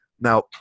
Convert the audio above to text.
Now